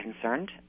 concerned